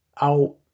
out